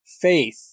faith